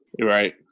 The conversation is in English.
Right